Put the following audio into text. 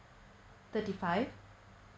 thirty five